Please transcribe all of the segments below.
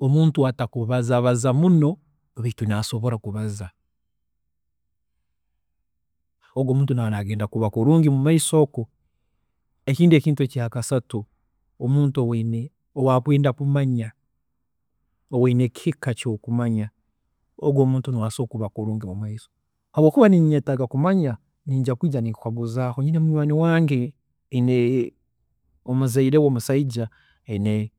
Omuntu atakubazabaza muno baitu naasobola kubaza, ogu omuntu naaba naija kuba kulungi mumaiso oku, ekintu ekindi ekyakasatu omuntu owaine owaakwenda kumanya, owaine ekihika kyokumanya, ogu omuntu niwe asobola kuba kulungi mumaiso habwookuba ninyetaaga kumanya ninjya kwiija ninkwekaguzaaho, nyine munywaani wange aine omuzaire we omusaija aine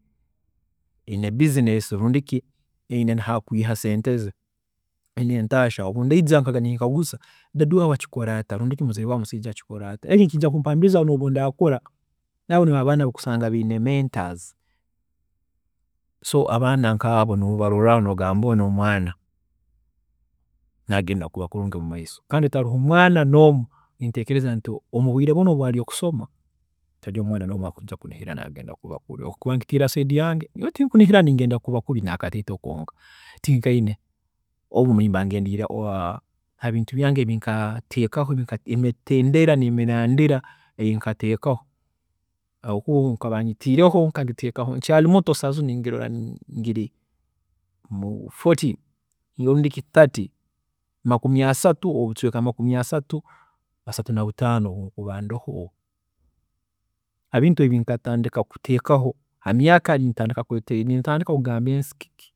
business aine rundi ki aine hakwiiya sente ze, aine entashya, obundaija ninyikaraga ninkaguza daddy waawe akikola ata, rundi ki muzei waawe omusaija akikola ata, eki nikiija kumpaambiriza nobu ndaakora, nibo abo abaana abu okusanda baine mentors, so abaana nkaabo nobaroorraho nogamba nti ogu omwaana, nagenda kuba kulungi mumaiso kandi tiharoho mwaana noomu ninkuteekereza nti omubwiire bunu obu arikusoma nti hati omwaana ogu niinihira naija kuba kulungi obu nkuba nkitiire ha side yange, nyowe tinkunihira nti ninyija kuba kubi nakataito konka, tinkaine, obu nimba ngendiire habintu byange ebinkateekaho, hamiteendera nemirandira eyinkateekaho habwookuba obu nkaba ngitiireho, nkagiteekaho ndi nkyaari muto saaha zinu nindora ndi ha fourty rundi ki thirty makumi asatu obucweeka makumi asatu, asatu nabutaano obu nkuba ndoho habintu ebi nkatandika kubiteekaho hamyaaka nintandika kugamba ensi kiki